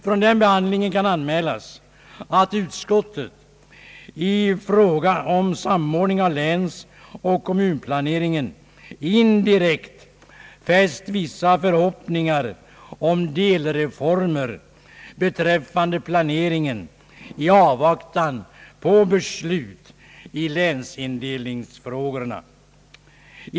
Från den behandlingen kan anmälas att utskottet i fråga om samordning av länsoch kommunplaneringen indirekt fäst vissa förhoppningar om delreformer beträffande planeringen i avvaktan på beslut i länsindelningsfrågorna.